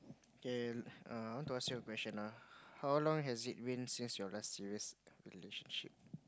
okay uh I want to ask you a question ah how long has it been since your last serious relationship